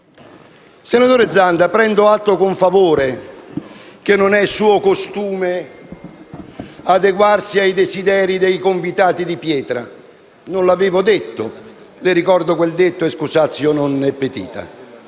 Senatore Zanda, prendo atto con favore che non è suo costume adeguarsi ai desideri dei convitati di pietra; non l'avevo detto, e le ricordo il detto sull'*excusatio non petita*.